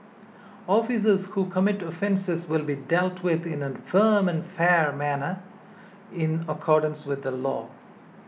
officers who commit offences will be dealt with in a firm and fair manner in accordance with the law